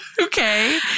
Okay